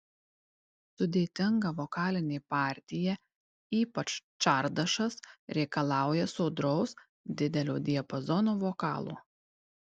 sudėtinga vokalinė partija ypač čardašas reikalauja sodraus didelio diapazono vokalo